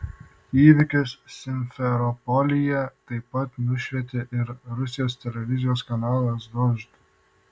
įvykius simferopolyje taip pat nušvietė ir rusijos televizijos kanalas dožd